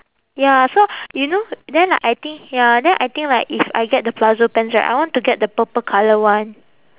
ya so you know then I think ya then I think like if I get the palazzo pants right I want to get the purple colour one